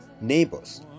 neighbors